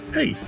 Hey